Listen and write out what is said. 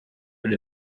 but